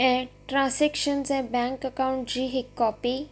ऐं ट्रासेक्शन ऐं bank account जी हिकु कॉपी